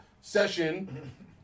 session